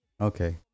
Okay